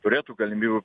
turėtų galimybių